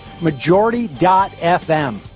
majority.fm